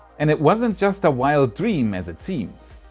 and it wasn't just a wild dream as it seems.